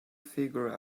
figured